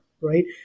right